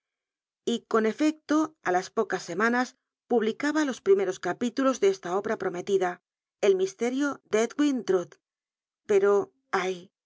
y con efecto á las pocas semanas publicaba los primeros capílu los de esta obra prometida ellltisterio ele edicin droocl pero ay